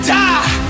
die